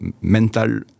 mental